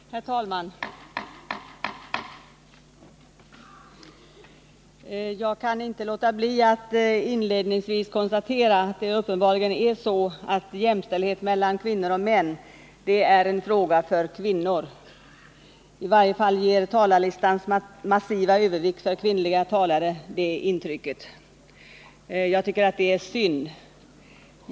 Herr talman! Jag kan inte låta bli att inledningsvis konstatera att det uppenbarligen är så att jämställdhet mellan kvinnor och män är en fråga för kvinnor. I varje fall ger talarlistans massiva övervikt för kvinnliga talare det Nr 51 intrycket. Jag tycker att det är synd.